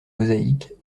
mosaïque